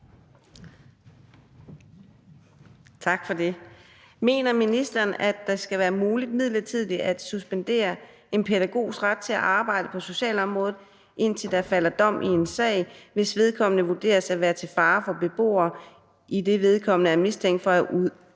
Tak for det. Mener ministeren, at det skal være muligt midlertidigt at suspendere en pædagogs ret til at arbejde på socialområdet, indtil der falder dom i en sag, hvis vedkommende vurderes at være til fare for beboerne, idet vedkommende er mistænkt for at have